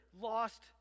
lost